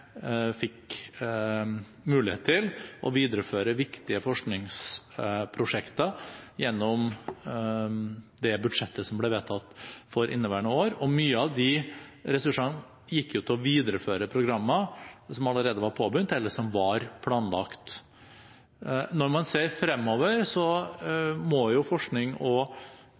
fikk mulighet til å videreføre viktige forskningsprosjekter gjennom det budsjettet som ble vedtatt for inneværende år, og mye av de ressursene gikk til å videreføre programmer som allerede var påbegynt, eller som var planlagt. Når man ser fremover, må forsknings- og